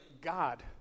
God